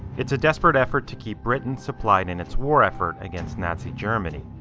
it's a desperate effort to keep britain supplied in its war effort against nazi germany.